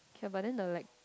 can but then the leg